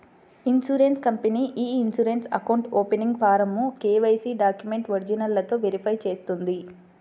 insurance company ఇ insurance account opening ఫారమ్ను KYC డాక్యుమెంట్ల ఒరిజినల్లతో వెరిఫై చేస్తుంది